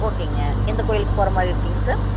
ஓகேங்க எந்த கோயிலுக்கு போகிற மாதிரி இருக்கிங்க சார்